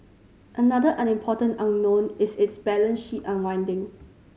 another unimportant unknown is its balance sheet unwinding